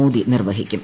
മോദി നിർവഹിക്കും